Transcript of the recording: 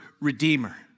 Redeemer